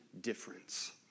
difference